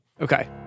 Okay